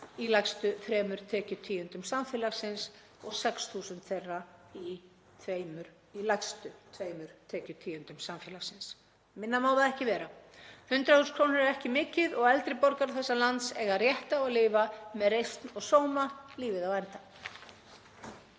í lægstu þremur tekjutíundum samfélagsins og 6.000 þeirra í lægstu tveimur tekjutíundum samfélagsins. Minna má það ekki vera. 100.000 kr. eru ekki mikið og eldri borgarar þessa lands eiga rétt á að lifa með reisn og sóma lífið á enda.